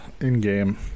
in-game